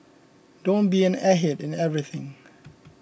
don't be an airhead in everything